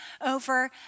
over